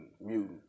Mutant